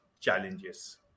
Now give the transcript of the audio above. challenges